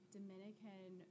Dominican